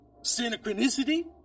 synchronicity